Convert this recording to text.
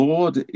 Lord